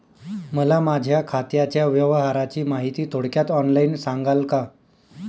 मला माझ्या खात्याच्या व्यवहाराची माहिती थोडक्यात ऑनलाईन सांगाल का?